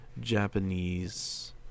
Japanese